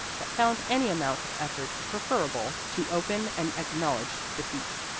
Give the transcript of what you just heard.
that found any amount of effort preferable to open and acknowledged defeat.